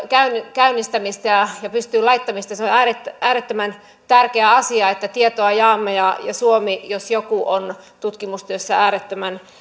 käynnistämistä ja ja pystyyn laittamista se on äärettömän äärettömän tärkeä asia että tietoa jaamme ja suomi jos joku on tutkimustyössä äärettömän